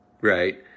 right